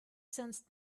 sensed